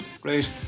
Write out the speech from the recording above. Great